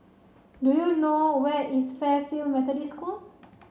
do you know where is Fairfield Methodist School